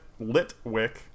litwick